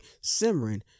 simmering